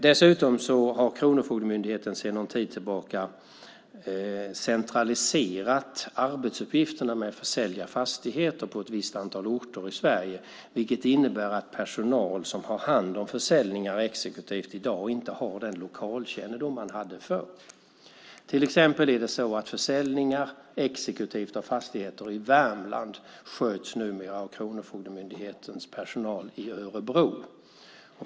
Dessutom har Kronofogdemyndigheten sedan någon tid tillbaka centraliserat arbetsuppgifterna med att försälja fastigheter på ett visst antal orter i Sverige, vilket innebär att personal som har hand om försäljningar exekutivt i dag inte har den lokalkännedom man hade förr. Det är till exempel så att försäljningar exekutivt av fastigheter i Värmland numera sköts av Kronofogdemyndighetens personal i Örebro.